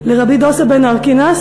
לרבי דוסא בן הרכינס,